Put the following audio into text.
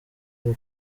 uku